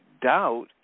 doubt